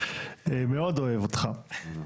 אני מאוד אוהב אותך.